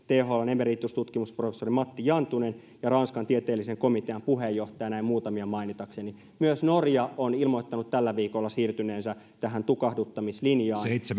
thln emeritustutkimusprofessori matti jantunen ja ranskan tieteellisen komitean puheenjohtaja näin muutamia mainitakseni myös norja on ilmoittanut tällä viikolla siirtyneensä tähän tukahduttamislinjaan